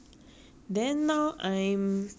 fifty eight fifty nine like that